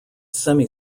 semi